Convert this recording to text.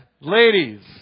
ladies